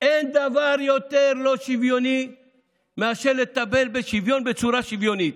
אין דבר יותר לא שוויוני מאשר לטפל באי-שוויון בצורה שוויונית.